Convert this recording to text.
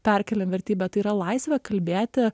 perkeliam vertybę tai yra laisvė kalbėti